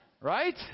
Right